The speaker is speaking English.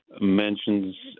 mentions